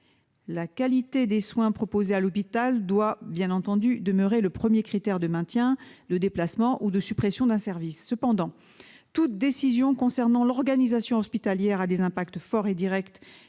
La qualité des soins proposés à l'hôpital doit bien entendu demeurer le premier critère de maintien, de déplacement ou de suppression d'un service. Toutefois, toute décision concernant l'organisation hospitalière a des impacts forts et directs